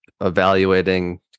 evaluating